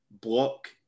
block